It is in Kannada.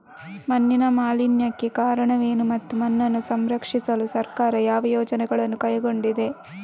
ಮಣ್ಣಿನ ಮಾಲಿನ್ಯಕ್ಕೆ ಕಾರಣವೇನು ಮತ್ತು ಮಣ್ಣನ್ನು ಸಂರಕ್ಷಿಸಲು ಸರ್ಕಾರ ಯಾವ ಯೋಜನೆಗಳನ್ನು ಕೈಗೊಂಡಿದೆ?